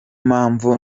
mpamvu